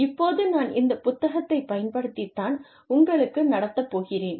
இப்போது நான் இந்த புத்தகத்தைப் பயன்படுத்தித் தான் உங்களுக்கு நடத்தப் போகிறேன்